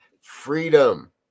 freedom